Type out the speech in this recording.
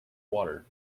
water